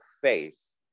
face